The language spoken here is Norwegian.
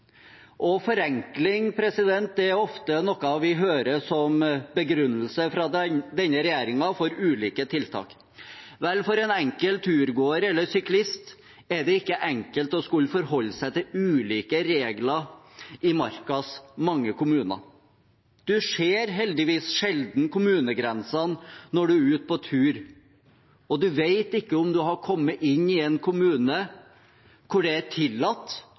Forenkling er noe vi ofte hører som begrunnelse fra denne regjeringen for ulike tiltak. Vel, for en enkelt turgåer eller syklist er det ikke enkelt å skulle forholde seg til ulike regler i Markas mange kommuner. Man ser heldigvis sjelden kommunegrensene når man er ute på tur, og man vet ikke om man har kommet inn i en kommune hvor det er tillatt